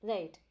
Right